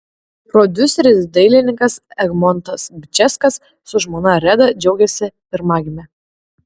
prodiuseris dailininkas egmontas bžeskas su žmona reda džiaugiasi pirmagime